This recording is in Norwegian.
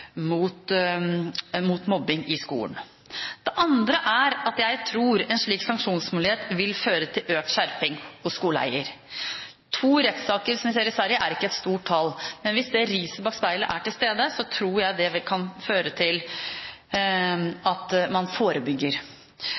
mobbing i skolen. Det andre er at jeg tror en slik sanksjonsmulighet vil føre til økt skjerping hos skoleeier. To rettssaker, som vi har sett i Sverige, er ikke et stort tall. Men hvis det riset bak speilet er til stede, tror jeg det kan føre til at man forebygger.